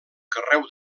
carreu